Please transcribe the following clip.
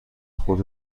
خود